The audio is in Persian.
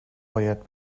باید